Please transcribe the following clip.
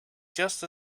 just